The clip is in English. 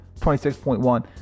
26.1